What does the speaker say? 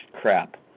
crap